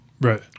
Right